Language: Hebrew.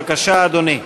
בבקשה, אדוני.